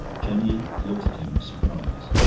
jenny looked at him, surprised.